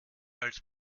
als